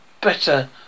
better